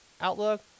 outlook